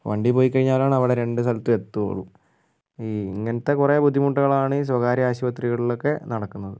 വണ്ടി പോയിക്കഴിഞ്ഞാലാണ് അവിടെ രണ്ട് സ്ഥലത്തും എത്തുകയുള്ളൂ ഈ ഇങ്ങനത്തെ കുറേ ബുദ്ധിമുട്ടുകളാണ് ഈ സ്വകാര്യാശുപത്രികളിലൊക്കെ നടക്കുന്നത്